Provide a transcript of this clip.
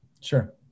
Sure